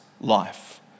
life